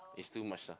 it's too much ah